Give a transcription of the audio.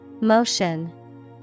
Motion